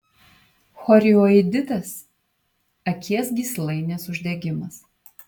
chorioiditas akies gyslainės uždegimas